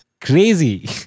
Crazy